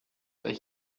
but